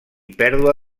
pèrdua